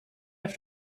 have